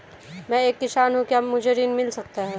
मैं एक किसान हूँ क्या मुझे ऋण मिल सकता है?